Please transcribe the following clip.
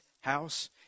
house